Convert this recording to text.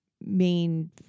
main